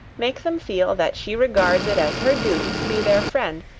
make them feel that she regards it as her duty to be their friend,